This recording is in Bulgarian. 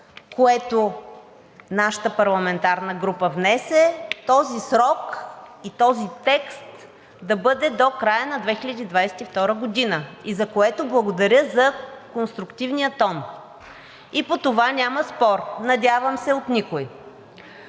което нашата парламентарна група внесе, този срок и този текст да бъде до края на 2022 г., за което благодаря за конструктивния тон. И по това няма спор, надявам се, от никого.